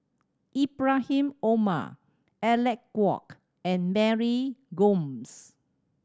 Ibrahim Omar Alec Kuok and Mary Gomes